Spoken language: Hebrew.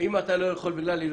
אם אתה לא יכול להגיע,